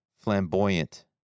flamboyant